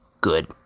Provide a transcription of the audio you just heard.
good